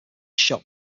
shot